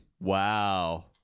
wow